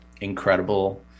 incredible